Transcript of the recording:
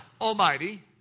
Almighty